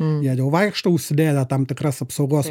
jie jau vaikšto užsidėję tam tikras apsaugos